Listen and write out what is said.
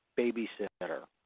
babysitter,